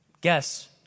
guess